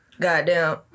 Goddamn